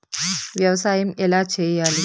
వ్యవసాయం ఎలా చేయాలి?